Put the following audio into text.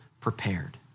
prepared